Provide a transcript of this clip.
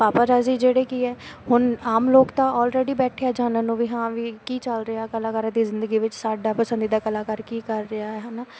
paparazzi ਜਿਹੜੇ ਕੀ ਹੈ ਹੁਣ ਆਮ ਲੋਕ ਤਾਂ ਓਲਰੇਡੀ ਬੈਠੇ ਹੈ ਜਾਣਨ ਨੂੰ ਵੀ ਹਾਂ ਵੀ ਕੀ ਚੱਲ ਰਿਹਾ ਕਲਾਕਾਰਾਂ ਦੀ ਜ਼ਿੰਦਗੀ ਵਿੱਚ ਸਾਡਾ ਪਸੰਦੀਦਾ ਕਲਾਕਾਰ ਕੀ ਕਰ ਰਿਹਾ ਹੈ ਹੈ ਨਾ